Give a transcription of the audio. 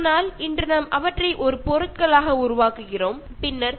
പക്ഷേ ഇപ്പോൾ ഇവയൊക്കെ നമ്മൾ പല സാധനങ്ങളാക്കി മാറ്റി കൊണ്ട് വിൽക്കുന്നു